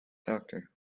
doctor